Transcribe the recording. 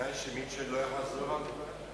בתנאי שמיטשל לא יחזור על זה.